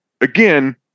again